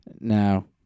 Now